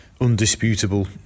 undisputable